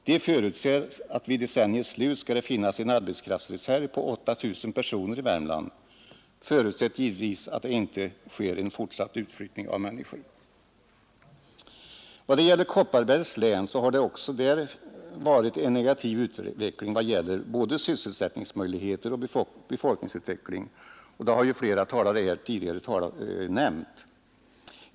De förutser att vid decenniets slut skall det finnas en arbetskraftsreserv på 8 000 personer i Värmland, förutsatt givetvis att det inte sker en fortsatt utflyttning av människor. Kopparbergs län har också haft en negativ utveckling i vad gäller både sysselsättningsmöjligheter och befolkning — det har ju flera talare här tidigare nämnt.